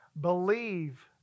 Believe